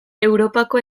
europako